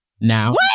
Now